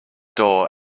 door